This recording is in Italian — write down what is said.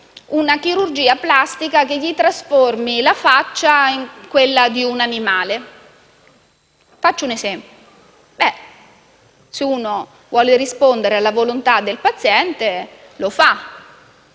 una chirurgia plastica che gli trasformi la faccia in quella di un animale. Se il medico vuole rispondere alla volontà del paziente lo fa